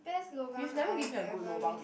best lobang I have ever receive